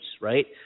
right